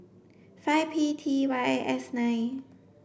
five P T Y S nine